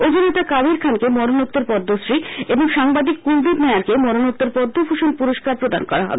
অভিনেতা কাদের খানকে মরণোত্তর পদ্মশ্রী এবং সাংবাদিক কূলদীপ নায়ারকে মরণোত্তর পদ্মভূষণ পুরস্কার প্রদান করা হবে